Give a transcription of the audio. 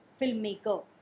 filmmaker